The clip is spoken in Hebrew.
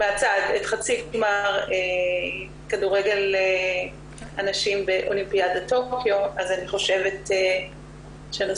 מהצד את חצי גמר כדורגל הנשים באולימפיאדת טוקיו אז אני חושבת שהנושא